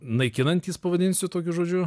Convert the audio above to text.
naikinantys pavadinsiu tokiu žodžiu